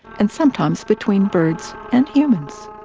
and sometimes between birds and humans.